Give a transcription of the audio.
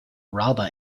rather